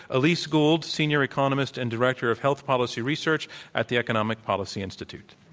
elise gould, senior economist and director of health policy research at the economic policy institute.